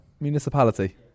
Municipality